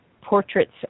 portraits